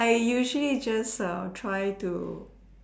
I usually just err try to